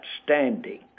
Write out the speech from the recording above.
outstanding